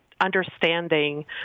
understanding